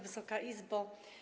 Wysoka Izbo!